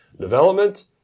Development